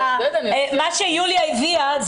מה שיוליה הביאה,